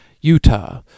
Utah